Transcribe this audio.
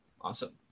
Awesome